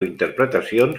interpretacions